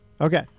Okay